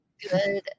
Good